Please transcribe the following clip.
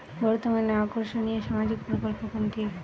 বর্তমানে আকর্ষনিয় সামাজিক প্রকল্প কোনটি?